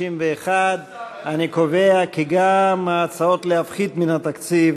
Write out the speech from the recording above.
61. אני קובע כי גם ההצעות להפחית מן התקציב